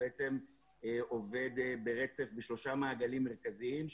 עובד ברצף בשלושה מעגלים מרכזיים,